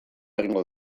egingo